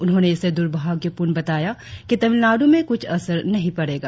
उन्होंने इसे दुर्भाग्यपूर्ण बताया कि तमिलनाड़ में कुछ असर नही पड़ेगा